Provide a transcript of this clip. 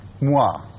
moi